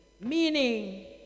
meaning